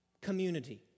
community